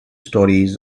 stories